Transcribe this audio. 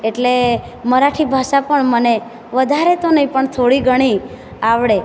એટલે મરાઠી ભાષા પણ મને વધારે તો નહીં પણ થોડી ઘણી આવડે